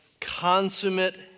consummate